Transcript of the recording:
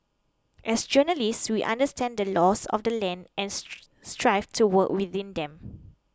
as journalists we understand the laws of the land and strive to work within them